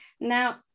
Now